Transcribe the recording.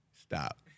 Stop